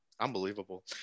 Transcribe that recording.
Unbelievable